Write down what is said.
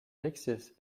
axis